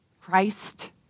Christ